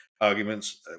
arguments